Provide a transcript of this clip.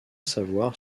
savoir